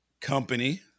Company